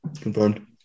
Confirmed